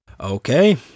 Okay